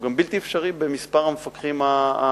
הוא גם בלתי אפשרי במספר המפקחים הקיים.